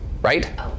right